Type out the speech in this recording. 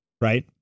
right